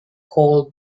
called